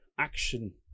action